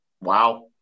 wow